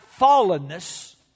fallenness